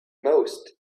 most